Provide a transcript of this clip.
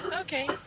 okay